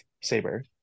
saber